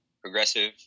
progressive